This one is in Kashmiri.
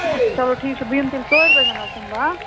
اچھا چلو ٹھیٖک چھِ بہٕ یِمہٕ تیٚلہِ ژورِ بَجَن حظ یِمہٕ بہٕ ہہ